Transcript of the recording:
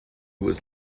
was